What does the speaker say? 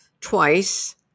twice